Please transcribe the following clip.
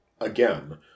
again